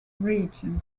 region